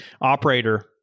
operator